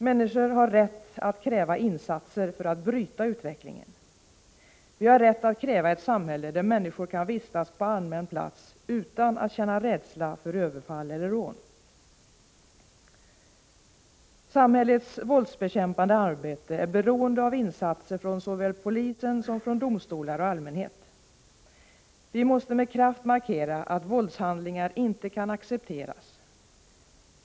Människor har rätt att kräva insatser för att bryta utvecklingen och att kräva ett samhälle där människor kan vistas på allmän plats utan att känna rädsla för överfall eller rån. Samhällets våldsbekämpande arbete är beroende av insatser från såväl polisen som domstolar och allmänhet. Vi måste med kraft markera att våldshandlingar inte kan accepteras.